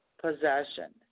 possession